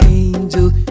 angels